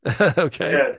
Okay